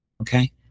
okay